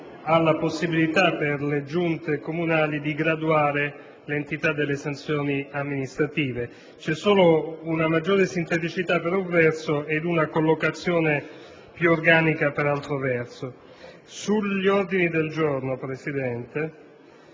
alla possibilità per le giunte comunali di graduare l'entità delle sanzioni amministrative. C'è solo una maggiore sinteticità per un verso ed una collocazione più organica per altro verso. Sugli ordini del giorno, Presidente,